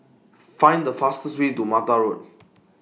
Find The fastest Way to Mata Road